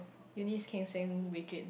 Eunice came saying Wei-Jun